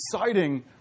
exciting